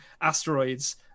asteroids